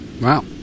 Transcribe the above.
Wow